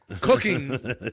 Cooking